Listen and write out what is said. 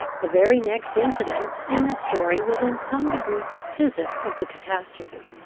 the very next incident in the story was in some degree decisive of the catastrophe.